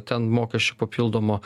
ten mokesčio papildomo